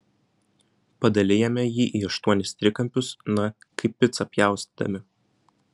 padalijame jį į aštuonis trikampius na kaip picą pjaustydami